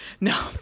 No